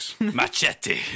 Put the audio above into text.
Machete